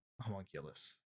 homunculus